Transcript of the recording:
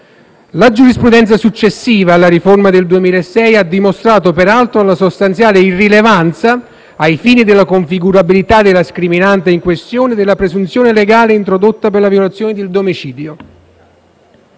La giurisprudenza successiva alla riforma del 2006 ha dimostrato, peraltro, la sostanziale irrilevanza, ai fini della configurabilità della scriminante in questione, della presunzione legale introdotta per la violazione del domicilio.